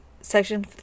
section